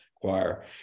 choir